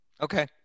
Okay